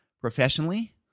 professionally